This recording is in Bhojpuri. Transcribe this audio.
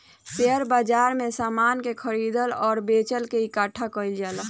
शेयर बाजार में समान के खरीदल आ बेचल के इकठ्ठा कईल जाला